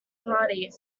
party